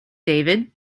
david